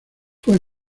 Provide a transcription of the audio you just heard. fue